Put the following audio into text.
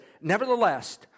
nevertheless